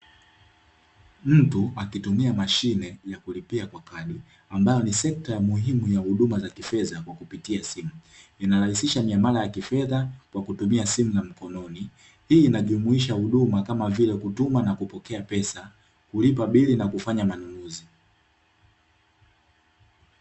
Mtu akitumia mashine ya kulipia kwa kadi, ambayo ni sekta muhimu ya huduma za kifedha kwa kupitia simu. Inarahisisha miamala ya kufedha kwa kutumia simu za mkononi. Hii inajumuisha huduma kama vile kutuma na kupokea pesa, kulipa bili na kufanya manunuzi.